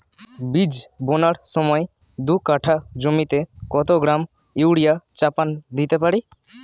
বীজ বোনার সময় দু কাঠা জমিতে কত গ্রাম ইউরিয়া চাপান দিতে পারি?